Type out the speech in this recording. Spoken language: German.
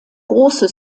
große